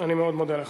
אני מאוד מודה לך.